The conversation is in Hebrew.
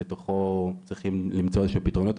שבתוכו צריכים למצוא פתרונות.